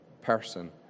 person